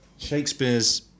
Shakespeare's